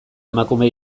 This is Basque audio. emakume